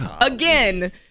again